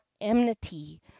enmity